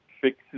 fixes